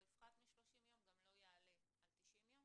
יפחת מ-30 יום" אז גם לא יעלה על 90 יום